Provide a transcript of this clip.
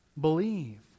Believe